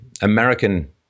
American